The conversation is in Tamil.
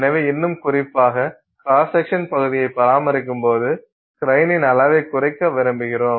எனவே இன்னும் குறிப்பாக கிராஸ் செக்ஷன் பகுதியைப் பராமரிக்கும் போது கிரைனின் அளவைக் குறைக்க விரும்புகிறோம்